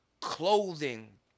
clothing